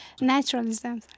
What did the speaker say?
naturalism